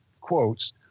quotes